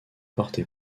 porté